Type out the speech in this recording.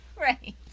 Right